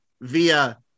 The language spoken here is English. via